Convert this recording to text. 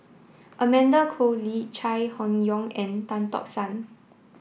Amanda Koe Lee Chai Hon Yoong and Tan Tock San